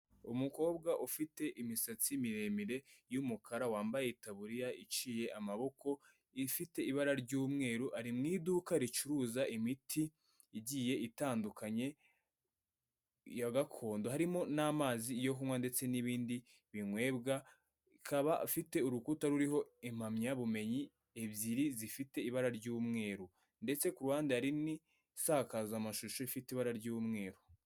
Umukobwa ufite imisatsi miremire y'umukara wambaye itaburiya iciye amaboko ifite ibara ry'umweru ari mu iduka ricuruza imiti igiye itandukanye ya gakondo, harimo n'amazi yo kunywa ndetse n'ibindi binkwebwa, ikaba afite urukuta ruriho impamyabumenyi ebyiri zifite ibara ry'umweru, ndetse kuruhande hari n'isakazamashusho ifite ibara ry'umweru.